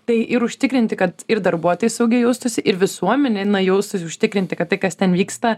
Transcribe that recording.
tai ir užtikrinti kad ir darbuotojai saugiai jaustųsi ir visuomenė jaustųsi užtikrinti kad tai kas ten vyksta